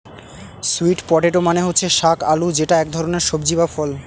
sweet potato মানে হচ্ছে শাক আলু যেটা এক ধরনের সবজি বা ফল